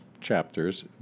chapters